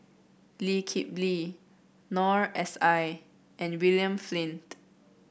Lee Kip Lee Noor S I and William Flint